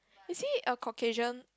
you see a occasion